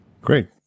Great